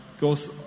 goes